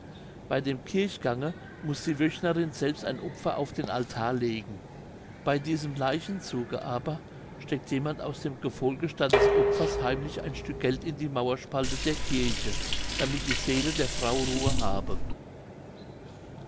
bei dem kirchgange muß die wöchnerin selbst ein opfer auf den altar legen bei diesem leichenzuge aber steckt jemand aus dem gefolge statt des opfers heimlich ein stück geld in eine mauerspalte der kirche damit die seele der frau ruhe habe